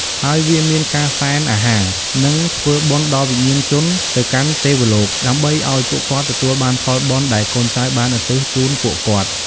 ហើយ វាមានការសែនអាហារ និងធ្វើបុណ្យដល់វិញ្ញាណជន ទៅកាន់ទេវលោក ដើម្បីអោយពួកគាត់ទទួលបានផលបុណ្យដែលកូនចៅបានឧទ្ទិសជូនពួកគាត់។